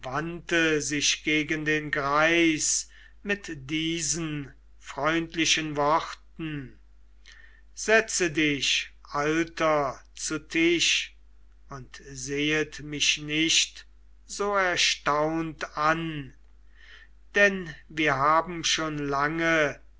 wandte sich gegen den greis mit diesen freundlichen worten setze dich alter zu tisch und sehet mich nicht so erstaunt an denn wir haben schon lange